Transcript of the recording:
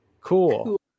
cool